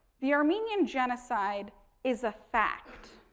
the armenian genocide is a fact.